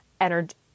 energy